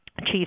chief